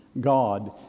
God